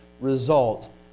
result